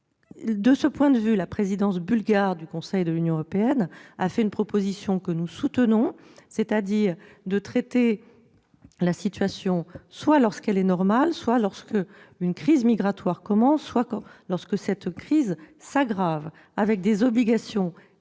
De ce point de vue, la présidence bulgare du Conseil de l'Union européenne a fait une proposition que nous soutenons : il s'agit de traiter la situation, soit lorsqu'elle est normale, soit lorsqu'une crise migratoire commence, soit lorsque cette crise s'aggrave, avec des obligations de